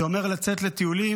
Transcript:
זה אומר לצאת לטיולים.